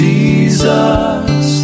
Jesus